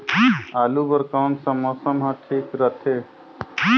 आलू बार कौन सा मौसम ह ठीक रथे?